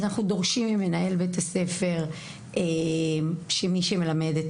אז אנחנו דורשים ממנהל בית הספר שמי שמלמד את